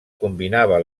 combinava